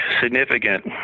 significant